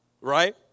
Right